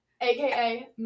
aka